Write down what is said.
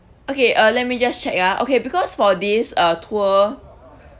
okay uh let me just check ah okay because for this uh tour